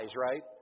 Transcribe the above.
right